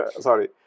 Sorry